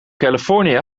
californië